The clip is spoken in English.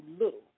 little